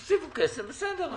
תוסיפו כסף, בסדר.